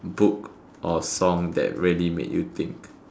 book or song that really made you think